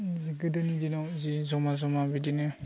गोदोनि दिनाव जि जमा जमा बिदिनो